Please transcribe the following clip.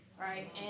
right